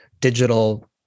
digital